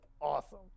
awesome